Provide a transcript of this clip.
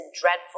dreadful